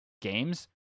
games